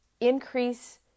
increase